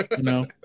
no